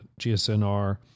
GSNR